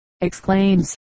exclaims